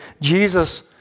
Jesus